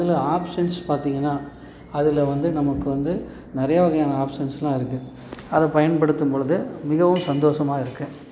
அதில் ஆப்ஷன்ஸ் பார்த்தீங்கன்னா அதில் வந்து நமக்கு வந்து நிறைய வகையான ஆப்ஷன்ஸ்லாம் இருக்குது அதை பயன்படுத்தும்பொழுது மிகவும் சந்தோஷமாக இருக்குது